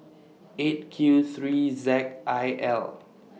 eight Q three Z I L